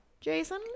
Jason